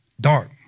dark